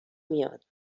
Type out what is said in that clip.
میاد